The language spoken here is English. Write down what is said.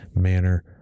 manner